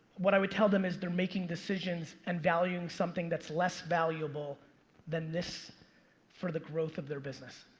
what i would tell them is they're making decisions and valuing something that's less valuable than this for the growth of their business.